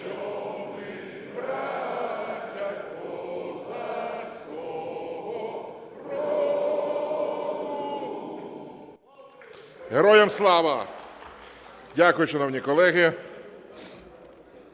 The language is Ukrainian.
Героям Слава! Дякую, шановні колеги.